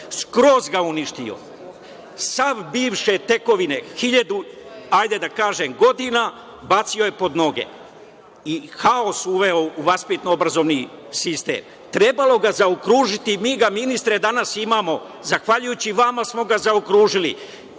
Skroz ga je uništio. Sve bivše tekovine od hiljadu godina bacio je pod noge i uveo haos u vaspitno-obrazovni sistem. Trebalo ga je zaokružiti i mi ga, ministre, danas imamo. Zahvaljujući vama smo ga zaokružili.